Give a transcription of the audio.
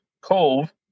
cove